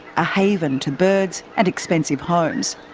a haven to birds and expensive homes.